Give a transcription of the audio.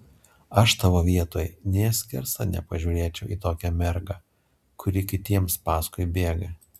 aš tavo vietoj nė skersa nepažiūrėčiau į tokią mergą kuri kitiems paskui bėga